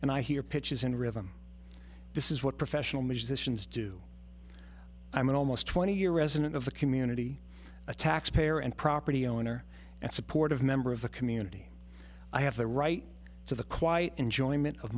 and i hear pitches and rhythm this is what professional musicians do i'm an almost twenty year resident of the community a taxpayer and property owner and supportive member of the community i have the right to the quiet enjoyment of